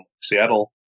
Seattle